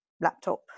laptop